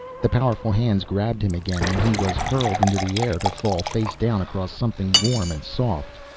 the powerful hands grabbed him again and he was hurled into the air, to fall face down across something warm and soft.